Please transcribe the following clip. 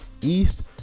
East